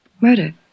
Murder